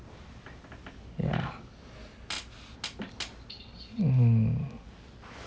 ya mm